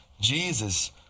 Jesus